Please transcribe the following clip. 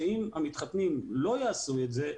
שאם המתחתנים לא יעשו את זה,